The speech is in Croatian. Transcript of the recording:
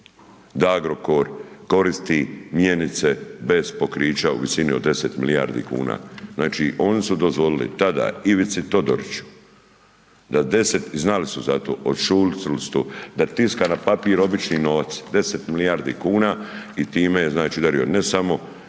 da Agrokor koristi mjenice bez pokrića u visini od 10 milijardi kuna. Znači, oni su dozvolili tada Ivici Todoriću da 10, znali su za to, …/Govornik se ne razumije/…da tiskara papir obični novac 10 milijardi kuna i time je, znači, udario ne samo